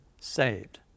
saved